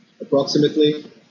approximately